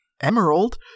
Emerald